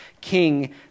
king